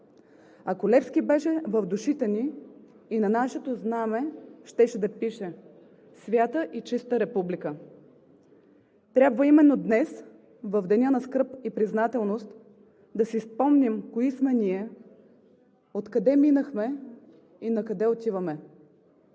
Ако Левски беше в душите ни и на нашето знаме щеше да пише: „Свята и чиста република“. Трябва именно днес – в деня на скръб и признателност, да си спомним кои сме ние, откъде минахме и накъде отиваме.